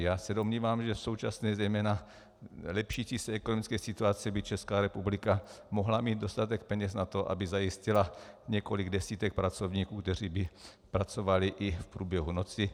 Já se domnívám, že v současné, zejména lepšící se ekonomické situaci by Česká republika mohla mít dostatek peněz na to, aby zajistila několik desítek pracovníků, kteří by pracovali i v průběhu noci.